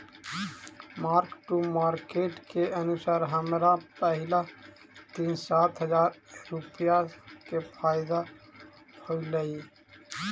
mark to market के अनुसार हमरा पहिला दिन सात हजार रुपईया के फयदा होयलई